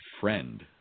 friend